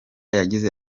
yagize